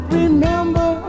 remember